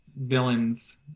villains